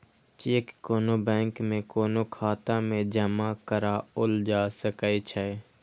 cheque कोनो bank में कोनो खाता मे जमा कराओल जा सकै छै